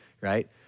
right